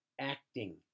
acting